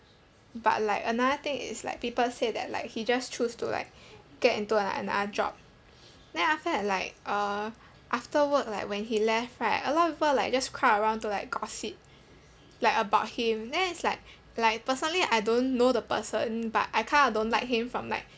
but like another thing is like people said that like he just choose to like get into another job then after that like uh after work like when he left right a lot of people like just crowd around to like gossip like about him then it's like like personally I don't know the person but I kind of don't like him from like